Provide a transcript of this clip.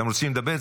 אתם רוצים לדבר?